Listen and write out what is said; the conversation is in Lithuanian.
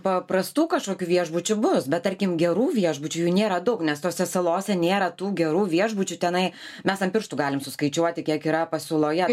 paprastų kažkokių viešbučių bus bet tarkim gerų viešbučių jų nėra daug nes tose salose nėra tų gerų viešbučių tenai mes ant pirštų galim suskaičiuoti kiek yra pasiūloje